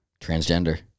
Transgender